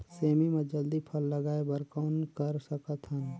सेमी म जल्दी फल लगाय बर कौन कर सकत हन?